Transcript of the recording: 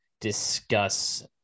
discuss